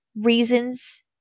reasons